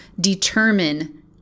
determine